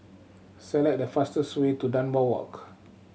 select the fastest way to Dunbar Walk